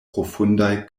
profundaj